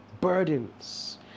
burdens